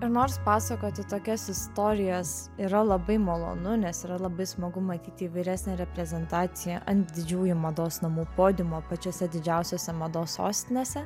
ir nors pasakoti tokias istorijas yra labai malonu nes yra labai smagu matyti įvairesnę reprezentaciją ant didžiųjų mados namų podiumo pačiose didžiausiose mados sostinėse